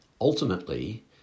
Ultimately